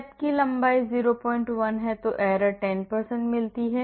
चरण की लंबाई 01 है मुझे 10 error मिलती है